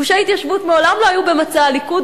גושי ההתיישבות מעולם לא היו במצע הליכוד,